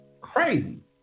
Crazy